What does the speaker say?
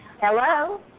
Hello